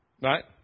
right